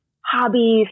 hobbies